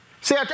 See